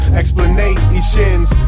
explanations